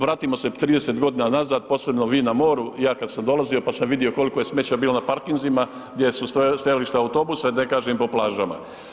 Vratimo se 30 g., posebno vi na moru, ja kad sam dolazio, pa sam vidio koliko je smeća bilo na parkinzima, gdje su stajališta autobusa, da ne kažem i po plažama.